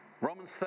Romans